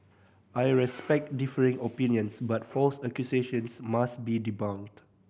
I respect differing opinions but false accusations must be debunked